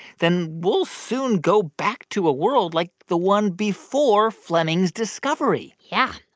then we'll soon go back to a world like the one before fleming's discovery yeah,